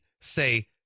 Say